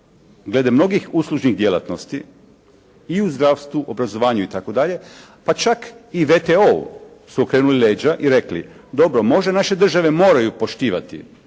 glede mnogih uslužnih djelatnosti i u zdravstvu, obrazovanju itd. pa čak i WTO-u su okrenuli leđa i rekli, dobro može, naše države moraju poštivati